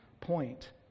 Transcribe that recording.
point